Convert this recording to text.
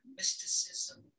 mysticism